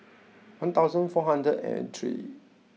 one thousand four hundred and three